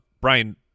Brian